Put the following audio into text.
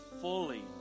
fully